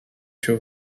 się